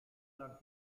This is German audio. lang